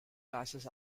classes